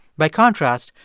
by contrast,